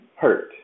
hurt